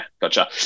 gotcha